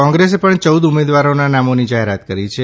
કોંગ્રેસે પણ ચૌદ ઉમેદવારોના નામોની જાહેરાત કરી છે